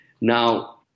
Now